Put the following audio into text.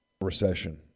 recession